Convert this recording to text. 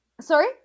Sorry